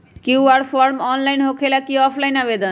QR form online होकेला कि offline आवेदन?